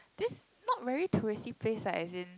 this not very touristy place ah as in